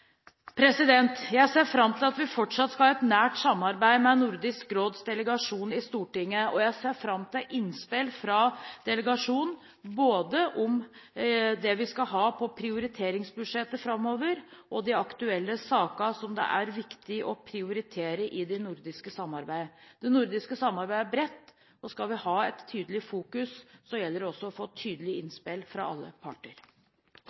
Jeg ser fram til at vi fortsatt skal ha et nært samarbeid med Nordisk Råds delegasjon i Stortinget, og jeg ser fram til innspill fra delegasjonen, både om det vi skal ha på prioriteringsbudsjettet framover, og om de aktuelle sakene som det er viktig å prioritere i det nordiske samarbeidet. Det nordiske samarbeidet er bredt, og skal vi ha et tydelig fokus, gjelder det også å få tydelige innspill fra alle parter.